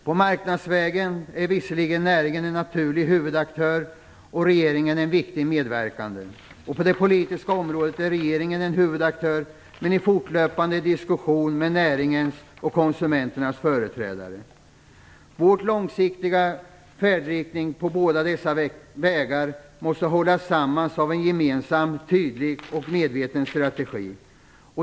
På marknadsvägen är visserligen näringen en naturlig huvudaktör och regeringen en viktig medverkande. På det politiska området är regeringen en huvudaktör, i fortlöpande diskussion med näringens och konsumenternas företrädare. Vår långsiktiga färdriktning på båda dessa vägar måste hållas samman av en gemensam, tydlig och medveten strategi.